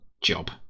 job